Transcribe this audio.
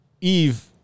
Eve